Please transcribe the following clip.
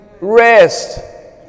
rest